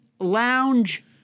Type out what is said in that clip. lounge